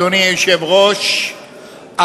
אדוני היושב-ראש,